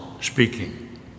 speaking